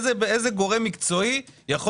איזה גורם מקצועי יכול